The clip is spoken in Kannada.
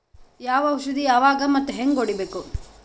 ಯಾವ ಔಷದ ಯಾವಾಗ ಮತ್ ಹ್ಯಾಂಗ್ ಹೊಡಿಬೇಕು?